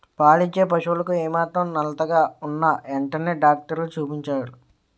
పాలిచ్చే పశువులకు ఏమాత్రం నలతగా ఉన్నా ఎంటనే డాక్టరికి చూపించుకోవాలి